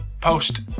post